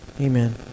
amen